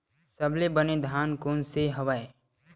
सबले बने धान कोन से हवय?